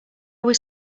were